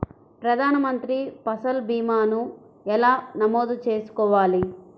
ప్రధాన మంత్రి పసల్ భీమాను ఎలా నమోదు చేసుకోవాలి?